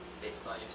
Baseball